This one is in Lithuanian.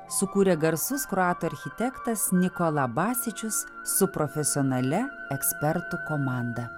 sukūrė garsus kroatų architektas nikola basičius su profesionalia ekspertų komanda